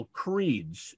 creeds